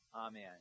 Amen